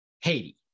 Haiti